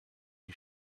die